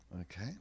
Okay